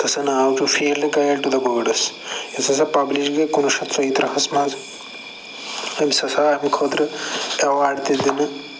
یَتھ ہَسا ناو چھُ field guide to the birds یۄس ہَسا پَبلِش گٔے کُنوُہ شَتھ ژۄیہِ ترٕہَس مَنٛز أمِس ہَسا آو اَمہِ خٲطرٕ اٮ۪وارڈ تہِ دِنہٕ